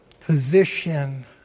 position